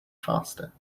faster